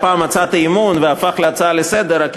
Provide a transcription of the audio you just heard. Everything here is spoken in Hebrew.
פעם הצעת אי-אמון והפך להצעה לסדר-היום,